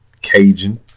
Cajun